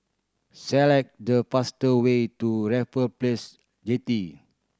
select the faster way to Raffle Place Jetty